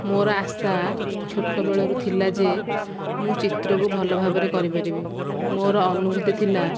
ମୋର ଆଶା ଛୋଟ ବେଳରୁ ଥିଲା ଯେ ମୁଁ ଚିତ୍ରକୁ ଭଲ ଭାବରେ କରିପାରିବି ମୋର ଅନୁଭୂତି ଥିଲା